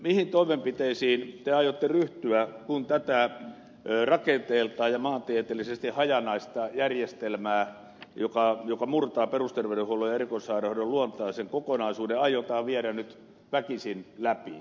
mihin toimenpiteisiin te aiotte ryhtyä kun tätä rakenteeltaan ja maantieteellisesti hajanaista järjestelmää joka murtaa perusterveydenhuollon ja erikoissairaanhoidon luontaisen kokonaisuuden aiotaan viedä nyt väkisin läpi